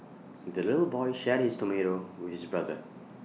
the little boy shared his tomato with his brother